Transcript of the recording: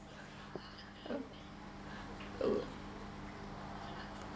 oo